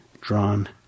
drawn